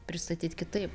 pristatyt kitaip